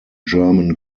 german